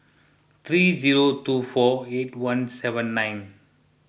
three zero two four eight one seven nine